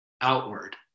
outward